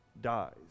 dies